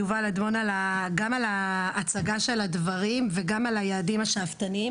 תודה ליובל אדמון על הצגת הדברים וגם על היעדים השאפתניים.